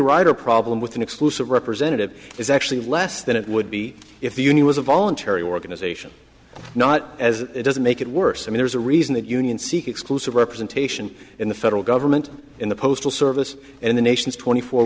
rider problem with an exclusive representative is actually less than it would be if the union was a voluntary organization not as it doesn't make it worse and there's a reason that union seek exclusive representation in the federal government in the postal service and the nation's twenty four